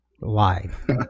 live